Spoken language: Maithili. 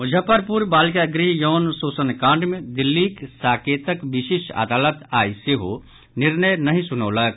मुजफ्फरपुर बालिका गृह यौन शोषण कांड मे दिल्लीक साकेतक विशेष अदालत आई सेहो निर्णय नहि सुनौलक